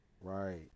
right